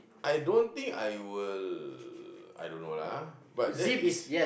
I don't think I will I don't know lah but that is